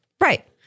right